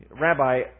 Rabbi